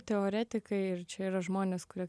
teoretikai ir čia yra žmonės kurie